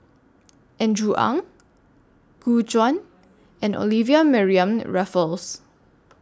Andrew Ang Gu Juan and Olivia Mariamne Raffles